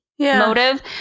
Motive